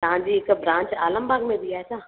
तव्हांजी हिकु ब्रांच आलमबाग में बि आहे छा